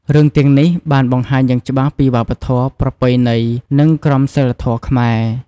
រឿងទាំងនេះបានបង្ហាញយ៉ាងច្បាស់ពីវប្បធម៌ ប្រពៃណី និងក្រមសីលធម៌ខ្មែរ។